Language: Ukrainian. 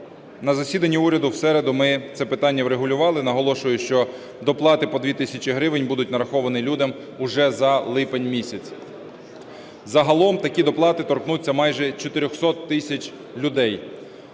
На засіданні уряду в середу ми це питання врегулювали. Наголошую, що доплати по 2 тисячі гривень будуть нараховані людям вже за липень місяць. Загалом такі доплати торкнуться майже 400 тисяч людей.